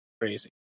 crazy